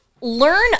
learn